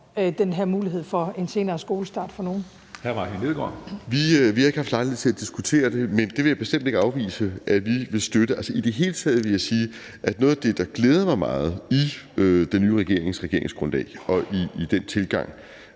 (Karsten Hønge): Hr. Martin Lidegaard. Kl. 16:11 Martin Lidegaard (RV): Vi har ikke haft lejlighed til at diskutere det, men det vil jeg bestemt ikke afvise at vi vil støtte. Altså, i det hele taget vil jeg sige, at noget af det, der glæder mig meget i den nye regerings regeringsgrundlag og i den tilgang,